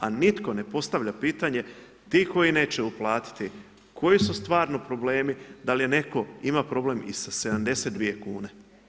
A nitko ne postavlja pitanje ti koji neće uplatiti koji su stvarni problemi, da li netko ima problem i sa 72 kune.